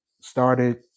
started